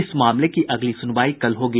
इस मामले की अगली सुनवाई कल होगी